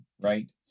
right